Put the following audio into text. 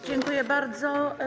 Dziękuję bardzo.